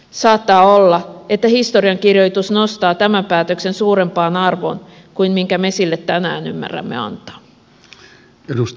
saattaa olla että historiankirjoitus nostaa tämän päätöksen suurempaan arvoon kuin minkä me sille tänään ymmärrämme antaa